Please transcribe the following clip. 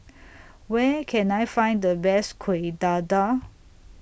Where Can I Find The Best Kuih Dadar